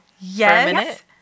Yes